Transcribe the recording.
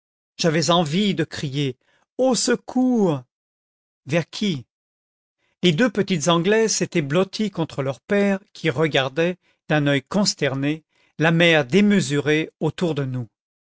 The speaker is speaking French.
j'avais envie de crier au secours vers qui les deux petites anglaises s'étaient blotties contre leur père qui regardait d'un oeil consterné la mer démesurée autour de nous